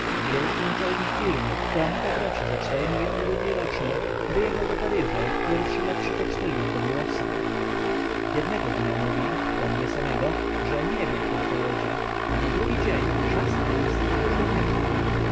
wielki naczelnik firmy która ma w obrocie ze cztery miliony rubli rocznie wyjechał do paryża jak pierwszy lepszy pocztylion do miłosny jednego dnia mówił do mnie samego że nie wie kiedy pojedzie a na drugi dzień szast prast i już go niema